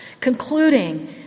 concluding